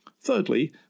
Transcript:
Thirdly